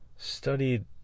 studied